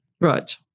Right